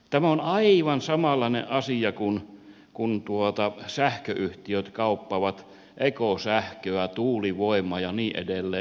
tämä on aivan samanlainen asia kuin se että sähköyhtiöt kauppaavat ekosähköä tuulivoimaa ja niin edelleen